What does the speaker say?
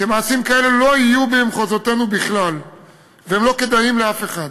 שמעשים כאלה לא יהיו במחוזותינו בכלל והם לא כדאיים לאף אחד.